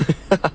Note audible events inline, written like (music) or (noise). (laughs)